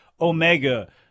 Omega